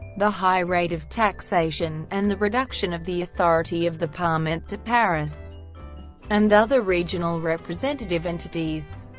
the high rate of taxation, and the reduction of the authority of the parlement de paris and other regional representative entities.